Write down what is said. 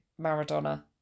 Maradona